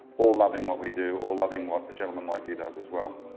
all loving what we do, all loving what a gentleman like you does as well.